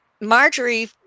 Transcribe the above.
Marjorie